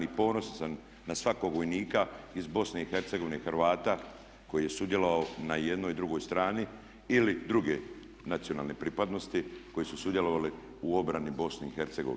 I ponosan sam na svakog vojnika iz BiH, Hrvata koji je sudjelovao na jednoj i drugoj strani ili druge nacionalne pripadnosti koji su sudjelovali u obrani BiH.